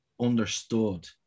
understood